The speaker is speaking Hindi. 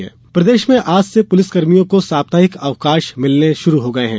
पुलिस अवकाश प्रदेश में आज से पुलिसकर्मियों को साप्ताहिक अवकाश मिलने शुरू हो गये हैं